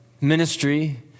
ministry